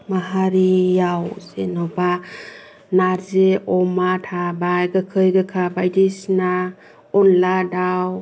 माहारिआव जेनेबा नार्जि अमा थाबाय गोखै गोखा बायदिसिना अनला दाउ